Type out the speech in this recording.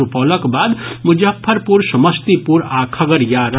सुपौलक बाद मुजफ्फरपुर समस्तीपुर आ खगड़िया रहल